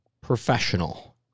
professional